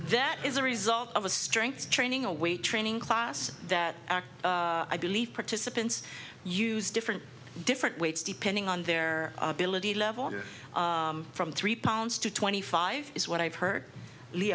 that is a result of a strength training a weight training class that i believe participants use different different weights depending on their ability level from three pounds twenty five is what i've heard lee